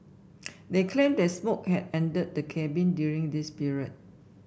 they claimed that smoke had entered the cabin during this period